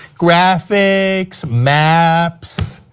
graphics, maps.